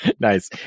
Nice